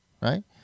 Right